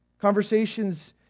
Conversations